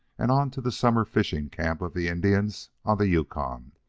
and on to the summer fishing camp of the indians on the yukon.